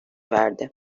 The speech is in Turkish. verdi